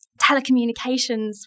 telecommunications